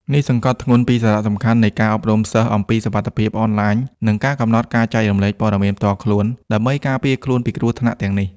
នេះសង្កត់ធ្ងន់ពីសារៈសំខាន់នៃការអប់រំសិស្សអំពីសុវត្ថិភាពអនឡាញ និងការកំណត់ការចែករំលែកព័ត៌មានផ្ទាល់ខ្លួន ដើម្បីការពារខ្លួនពីគ្រោះថ្នាក់ទាំងនេះ។